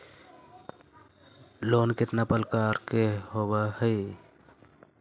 Loan केतना प्रकार के होव हइ?